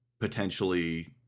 potentially